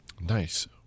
Nice